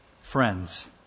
friends